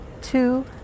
two